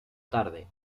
tarde